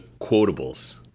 quotables